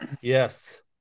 Yes